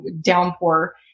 downpour